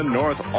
north